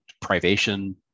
privation